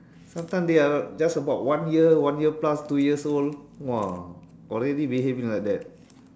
sometime they are just about one year one year plus two years old !wah! already behaving like that